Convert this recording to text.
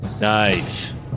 Nice